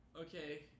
okay